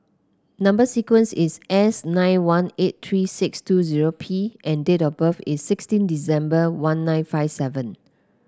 number sequence is S nine one eight three six two zero P and date of birth is sixteen December one nine five seven